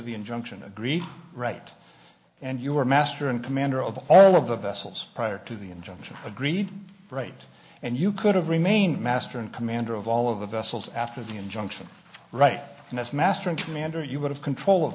the injunction agree right and you were master and commander of all of the vessels prior to the injunction agreed right and you could have remained master and commander of all of the vessels after the injunction right and as master and commander you would have control of